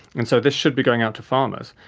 and so this should be going out to farmers.